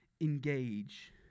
engage